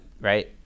right